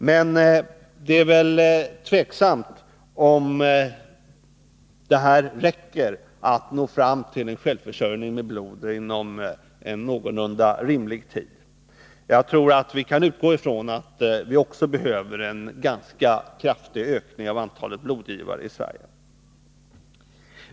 Men det är tveksamt om detta räcker för att vi skall nå fram till en självförsörjning med blod inom en någorlunda rimlig tid. Jag tror att vi kan utgå från att vi också behöver en ganska kraftig ökning av antalet blodgivare i Sverige.